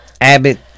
Abbott